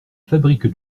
fabrique